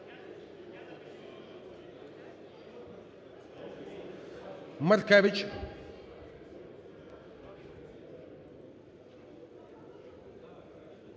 Маркевич.